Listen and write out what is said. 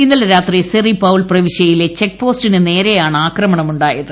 ഇന്നലെ രാത്രി സെറി പൌൾ പ്രവിശ്യയിലെ ചെക്ക് പോസ്റ്റിന് നേരെയാണ് ആക്രമണം ഉ ായത്